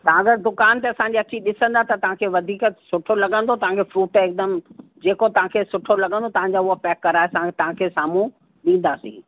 तव्हां अगरि दुकान ते असांजी अची ॾिसंदा त तव्हांखे वधीक सुठो लॻंदो तव्हांखे फ्रूट हिकदमि जेको तव्हांखे सुठो लॻंदो तव्हांजो उहो पैक कराए तव्हां तव्हांखे साम्हूं ॾींदासीं